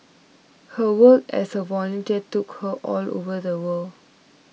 her work as a volunteer took her all over the world